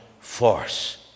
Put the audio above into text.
force